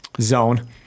zone